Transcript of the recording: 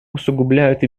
усугубляют